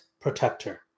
protector